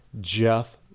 Jeff